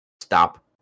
stop